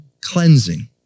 cleansing